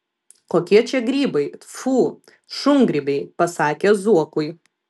kokie čia grybai tfu šungrybiai pasakė zuokui